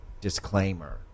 disclaimer